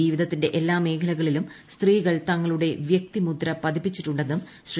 ജീവിതത്തിന്റെ എല്ലാ മേഖലകളിലും സ്ത്രീകൾ തങ്ങളുടെ വ്യക്തിമുദ്ര പതിപ്പിച്ചിട്ടുണ്ടെന്നും ശ്രീ